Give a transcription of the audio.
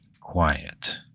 quiet